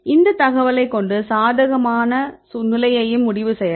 இந்த தகவலை கொண்டு சாதகமான நிலையை முடிவு செய்யலாம்